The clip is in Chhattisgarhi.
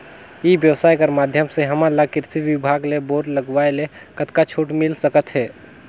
ई व्यवसाय कर माध्यम से हमन ला कृषि विभाग ले बोर लगवाए ले कतका छूट मिल सकत हे?